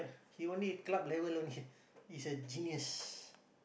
he only club level only is a genius